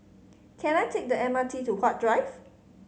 can I take the M R T to Huat Drive